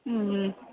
ம் ம்